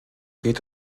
geht